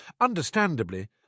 Understandably